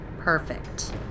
Perfect